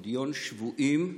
פדיון שבויים,